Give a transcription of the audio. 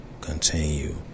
continue